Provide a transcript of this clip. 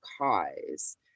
cause